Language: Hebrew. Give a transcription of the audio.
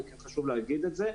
חשוב לומר את זה.